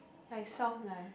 like sounds nice